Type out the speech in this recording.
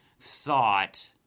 thought